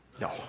No